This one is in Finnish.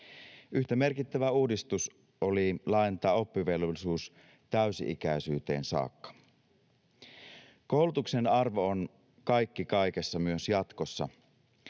Yhtä merkittävä uudistus oli laajentaa oppivelvollisuus täysi-ikäisyyteen saakka. Koulutuksen arvo on kaikki kaikessa myös jatkossa.